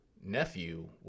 nephew